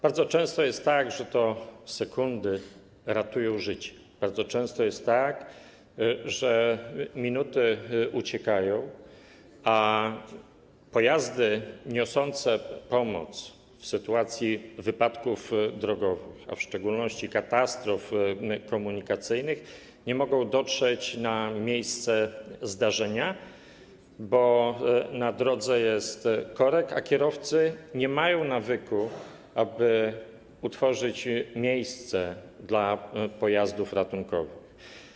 Bardzo często jest tak, że to sekundy ratują życie, bardzo często jest tak, że minuty uciekają, a pojazdy niosące pomoc w razie wypadków drogowych, a w szczególności katastrof komunikacyjnych nie mogą dotrzeć na miejsce zdarzenia, bo na drodze jest korek, a kierowcy nie mają nawyku, aby utworzyć miejsce dla pojazdów ratunkowych.